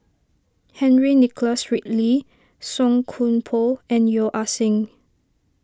Henry Nicholas Ridley Song Koon Poh and Yeo Ah Seng